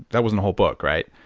that wasn't a whole book right?